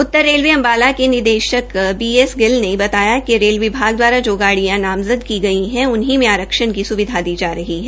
उतर रेलवे अम्बाला के निदेशक बी एस गिल ने बताया कि रेल विभाग दवारा जो गाडिय़ा नामज़द की गई है उन्हीं में आरक्षण की स्विधा दी जा रही है